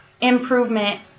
improvement